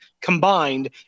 combined